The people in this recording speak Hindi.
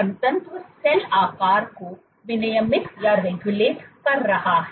घनत्व सेल आकार को विनियमित कर रहा है